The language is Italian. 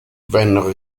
vennero